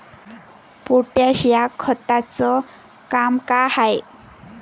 Potash या खताचं काम का हाय?